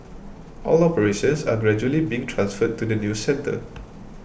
all operations are gradually being transferred to the new centre